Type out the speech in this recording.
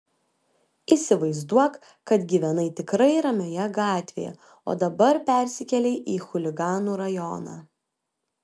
įsivaizduok kad gyvenai tikrai ramioje gatvėje o dabar persikėlei į chuliganų rajoną